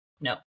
no